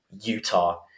Utah